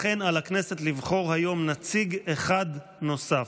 לכן, על הכנסת לבחור היום נציג אחד נוסף.